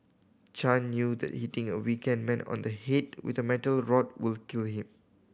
Chan knew that hitting a weakened man on the head with a metal rod would kill him